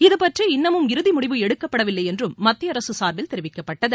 இதுபற்றி இன்னமும் இறுதி முடிவு எடுக்கப்படவில்லை என்றும் மத்திய அரசு சார்பில் தெரிவிக்கப்பட்டது